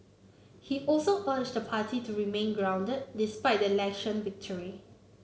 he also urged the party to remain grounded despite the election victory